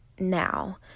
now